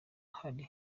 ahari